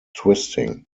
twisting